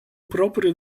proprio